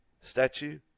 statue